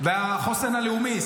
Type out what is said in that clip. והחוסן הלאומי,